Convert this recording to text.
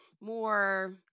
more